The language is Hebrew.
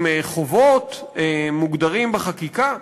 עם חובות מוגדרות בחקיקה,